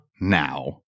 now